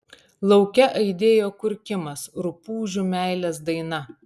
lauke aidėjo kurkimas rupūžių meilės daina